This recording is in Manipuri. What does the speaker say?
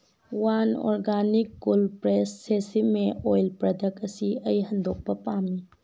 one organic cold press sesame oil product ꯑꯁꯤ ꯑꯩ ꯍꯟꯗꯣꯛꯄ ꯄꯥꯝꯃꯤ